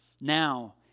now